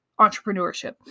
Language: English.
entrepreneurship